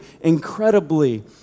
incredibly